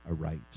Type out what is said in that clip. aright